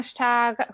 hashtag